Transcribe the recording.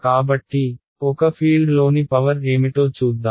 కాబట్టి ఒక ఫీల్డ్లోని పవర్ ఏమిటో చూద్దాం